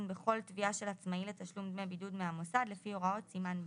בכל תביעה של עצמאי לתשלום דמי בידוד מהמוסד לפי הוראות סימן ב'.